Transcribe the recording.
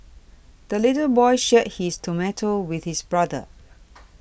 the little boy shared his tomato with his brother